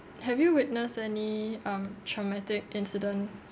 have you witness any um traumatic incident